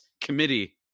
Committee